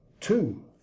two